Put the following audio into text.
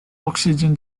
oxygen